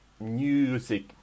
music